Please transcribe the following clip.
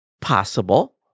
possible